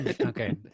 Okay